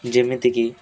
ଯେମିତିକି